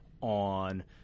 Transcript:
on